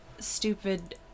Stupid